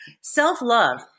Self-love